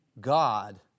God